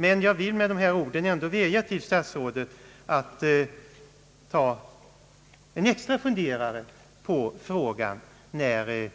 Men jag vill vädja till statsrådet att ta en extra funderare på frågan när